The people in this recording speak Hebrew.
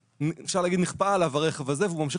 אפשר לומר שהרכב הזה נכפה עליו והוא ממשיך